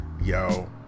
yo